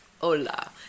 hola